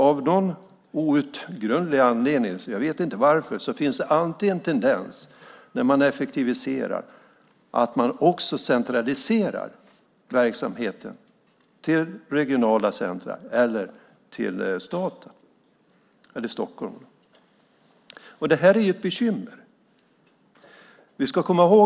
Av någon outgrundlig anledning finns det när man effektiviserar alltid en tendens att man centraliserar verksamheten till regionala centrum eller till Stockholm. Detta är ett bekymmer.